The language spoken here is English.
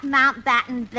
Mountbatten